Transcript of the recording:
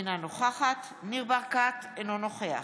אינה נוכחת ניר ברקת, אינו נוכח